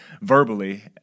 verbally